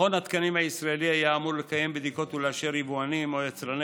מכון התקנים הישראלי היה אמור לקיים בדיקות ולאשר ליבואנים או יצרני